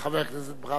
חבר הכנסת ברוורמן.